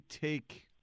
take